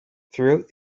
throughout